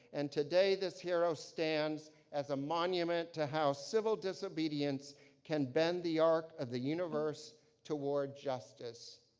and today this hero stands as a monument to how civil disobedience can bend the arc of the universe toward justice.